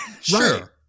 Sure